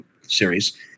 series